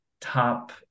top